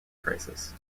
crisis